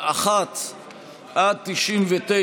בעד, 43,